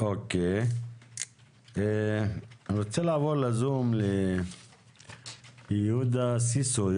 אני רוצה לעבור לזום ליהודה סיסו,